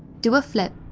do a flip,